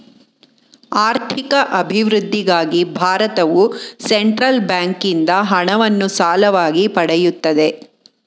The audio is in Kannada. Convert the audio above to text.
ಆರ್ಥಿಕ ಅಭಿವೃದ್ಧಿಗಾಗಿ ಭಾರತವು ಸೆಂಟ್ರಲ್ ಬ್ಯಾಂಕಿಂದ ಹಣವನ್ನು ಸಾಲವಾಗಿ ಪಡೆಯುತ್ತದೆ